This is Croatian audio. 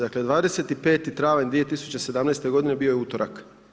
Dakle, 25. travanj 2017. godine bio je utorak.